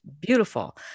beautiful